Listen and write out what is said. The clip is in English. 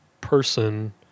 person